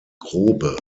grobe